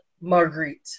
Marguerite